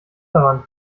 daran